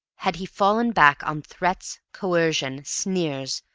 had he fallen back on threats, coercion sneers,